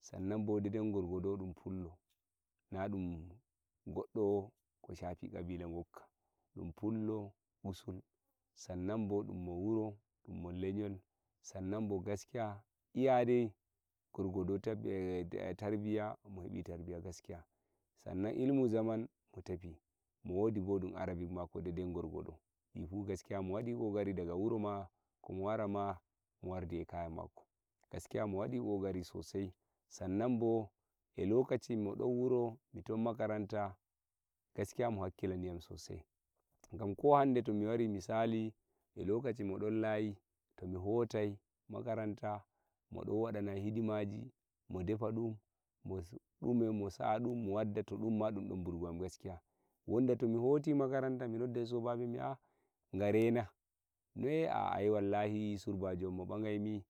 Sannan bo deder sorgudo on pullo na alin goodo shafi don pullo sannan bo dun mowuro dun mo chelel sannan bo gaskiya iya dai gordo eh tarbiya mo hebi tarbiyya gaskiya annan ilimi zaman mo hebi bo dun Arabic daidai gorgodo o wadi daga wuro ma lokaci modon layi t mo hotai makaranta monon windiyan lidimaje mo detfe dun modetodun watodo ko nanini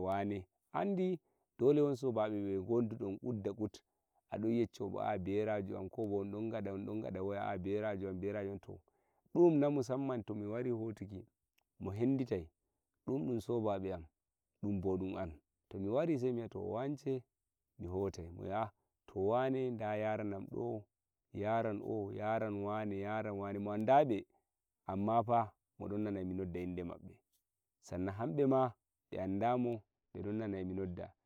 beldum andi dole wodi a don yecomo berajo am to ohn ne musamman to mi hotibo dum bo dun am to wane da wane da yaraidun oh yarai mo andabe amma fa mo noddibe sannan bo a farinciki kawai de yare nemo to don mingadi ka wakki eh mako dun.